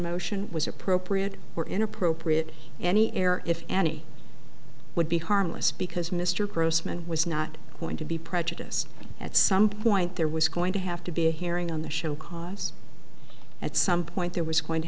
motion was appropriate or inappropriate any error if any would be harmless because mr grossman was not going to be prejudiced at some point there was going to have to be a hearing on the show cause at some point there was going to